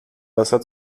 wasser